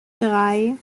drei